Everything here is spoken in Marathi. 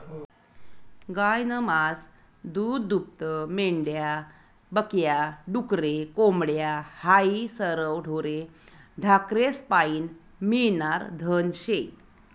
गायनं मास, दूधदूभतं, मेंढ्या बक या, डुकरे, कोंबड्या हायी सरवं ढोरे ढाकरेस्पाईन मियनारं धन शे